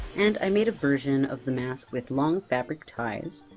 and, i made a version of the mask with long fabric ties,